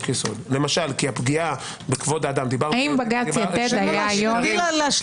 יסוד למשל כי הפגיעה בכבוד האדם- -- האם בג"ץ- -- תני לו להשלים.